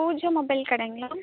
Pooja mobile கடைங்களா